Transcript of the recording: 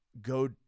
go